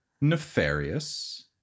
nefarious